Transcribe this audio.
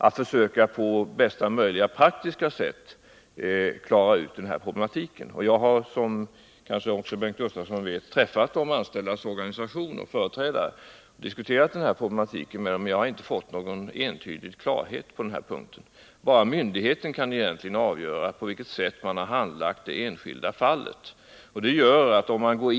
De måste försöka lösa det här problemet på bästa möjliga praktiska sätt. Som Bengt Gustavsson vet har jag träffat företrädare för de anställdas organisationer och diskuterat problematiken, men jag har inte fått full klarhet på den här punkten. Det är egentligen bara myndigheten som kan klargöra på vilket sätt det enskilda fallet har handlagts.